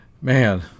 man